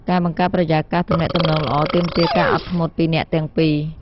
ការបង្កើតបរិយាកាសទំនាក់ទំនងល្អទាមទារការអត់ធ្មត់ពីអ្នកទាំងពីរ។